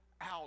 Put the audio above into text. out